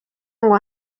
ngo